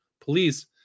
police